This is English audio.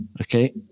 Okay